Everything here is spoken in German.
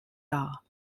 dar